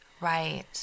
right